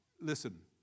Listen